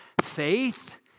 faith